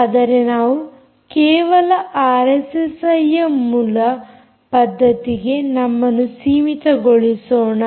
ಆದರೆ ನಾವು ಕೇವಲ ಆರ್ಎಸ್ಎಸ್ಐ ಯ ಮೂಲ ಪದ್ಧತಿಗೆ ನಮ್ಮನ್ನು ಸೀಮಿತಗೊಳಿಸೋಣ